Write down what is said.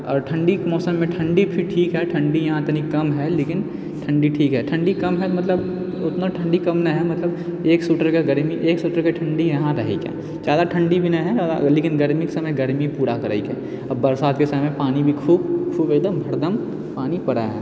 आओर ठण्डीके मौसममे ठण्डी फिर ठीक है ठण्डी यहाँ तनि कम हइ लेकिन ठण्डी ठीक हइ ठण्डी कम हइ मतलब ओतना ठण्डी कम नहि हइ मतलब एक स्वेटरके गरमी एक स्वेटरके ठण्डी यहाँ रहैए ज्यादा ठण्डी भी नहि हइ लेकिन गरमीके समय गरमी पूरा करै हइ आओर बरसातके समय पानी भी खूब खूब हरदम पानी पड़ै हइ